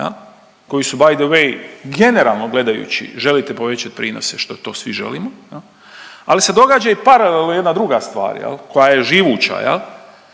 koji su by the way generalno gledajući želite povećat prinose što to svi želimo, ali se događa i paralelno jedna druga stvar koja je živuća,